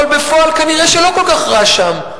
אבל בפועל כנראה לא כל כך רע שם,